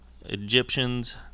Egyptians